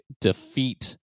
defeat